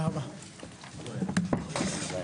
הישיבה ננעלה בשעה